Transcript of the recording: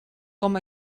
com